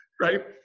right